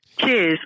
Cheers